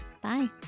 Bye